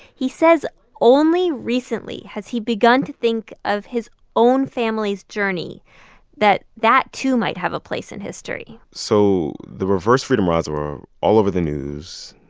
he says only recently has he begun to think of his own family's journey that that too might have a place in history so the reverse freedom rides were all over the news.